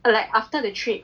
like after the trip